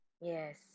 yes